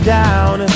down